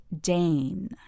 Dane